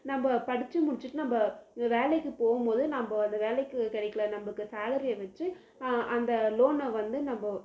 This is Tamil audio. நம்ம படித்து முடிச்சுட்டு நம்ம வேலைக்கு போகும்போது நம்ம அந்த வேலைக்கு கெடைக்கிற நமக்கு சேலரியை வச்சு அந்த லோனை வந்து நம்ம